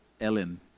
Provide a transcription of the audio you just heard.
Ellen